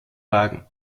wagen